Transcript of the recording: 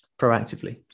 proactively